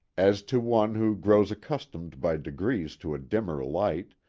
as to one who grows accustomed by degrees to a dimmer light,